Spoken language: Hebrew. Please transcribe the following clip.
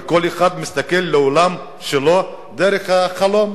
וכל אחד מסתכל על העולם שלו דרך החלון.